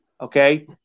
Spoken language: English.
Okay